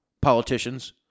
politicians